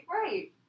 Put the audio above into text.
Right